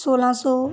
सोलां सौ